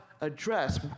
address